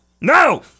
No